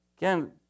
Again